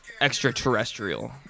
Extraterrestrial